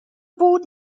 board